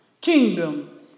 kingdom